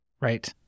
right